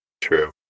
True